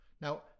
Now